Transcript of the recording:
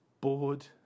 bored